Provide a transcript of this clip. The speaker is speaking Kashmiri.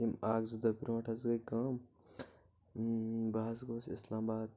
یِم اکھ زٕ دۄہ برٛونٛٹھ حظ گٔے کٲم بہٕ حظ گووُس اسلامباد